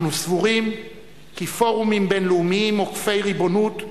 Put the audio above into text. אנחנו סבורים כי פורומים בין-לאומיים עוקפי ריבונות,